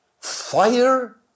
fire